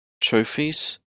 trophies